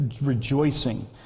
rejoicing